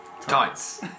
tights